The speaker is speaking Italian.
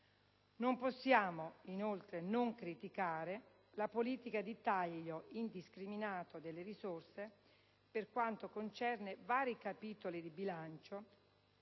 Non possiamo inoltre non criticare la politica di taglio indiscriminato delle risorse per quanto concerne vari capitoli di bilancio,